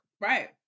Right